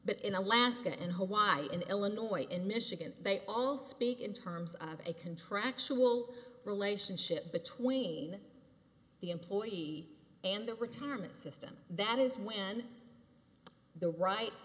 but in alaska and hawaii and illinois and michigan they all speak in terms of a contractual relationship between the employee and the retirement system that is when the right